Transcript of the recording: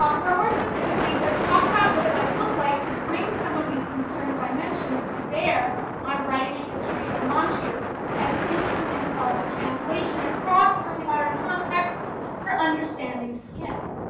um or, more specifically, let's talk about what it might look like to bring some of these concerns i mentioned to bear on writing a history of manchu as an instrument of translation across early modern contexts for understanding skin.